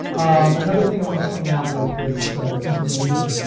um another thing i want to point out with this information,